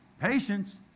Patience